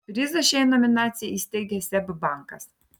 prizą šiai nominacijai įsteigė seb bankas